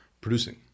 producing